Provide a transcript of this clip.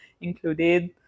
included